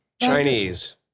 Chinese